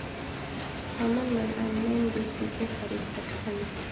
हमन मन ऑनलाइन बीज किसे खरीद सकथन?